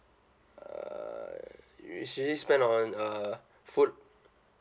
uh usually spend on uh food